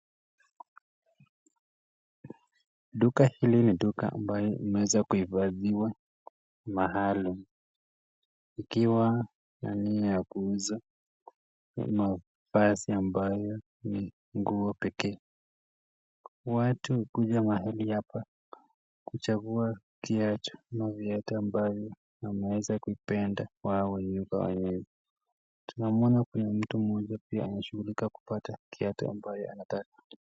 Duka hili ni duka ambayo imeweza kuhifadhiwa mahaIUM.Ikiwa na nia ya kuuza kama mavazi ambayo ni nguo pekee. Watu kuja mahali hapa kuchagua kiatu na viatu ambayo wameweza kuipenda wao wenyewe. Tunamuona kuna mtu mmoja pia anashughulika kupata kiatu ambayo anataka.